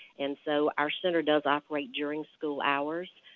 and so our center does operate during school hours.